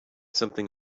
something